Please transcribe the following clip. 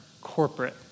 corporate